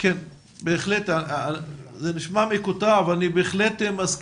--- זה נשמע מקוטע אבל אני בהחלט מסכים